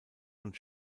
von